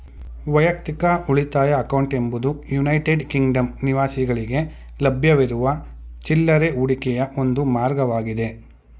ವೈಯಕ್ತಿಕ ಉಳಿತಾಯ ಅಕೌಂಟ್ ಎಂಬುದು ಯುನೈಟೆಡ್ ಕಿಂಗ್ಡಮ್ ನಿವಾಸಿಗಳ್ಗೆ ಲಭ್ಯವಿರುವ ಚಿಲ್ರೆ ಹೂಡಿಕೆಯ ಒಂದು ಮಾರ್ಗವಾಗೈತೆ